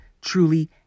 truly